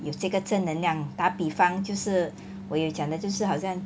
有这个正能量打比方就是我有讲的就是好像